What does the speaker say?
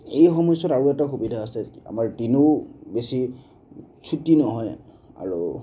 এই সময়ছোৱাত আৰু এটা সুবিধা আছে আমাৰ দিনো বেছি চুটি নহয় আৰু